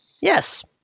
Yes